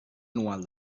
anual